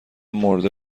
مرده